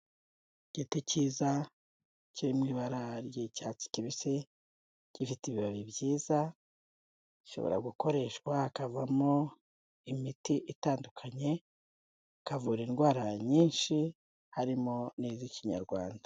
Igiti cyiza ki mu ibara ry'icyatsi kibisi gifite ibibabi byiza, gishobora gukoreshwa hakavamo imiti itandukanye, ikavura indwara nyinshi harimo n'iz'Ikinyarwanda.